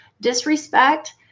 Disrespect